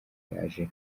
yaje